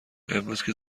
امروزکه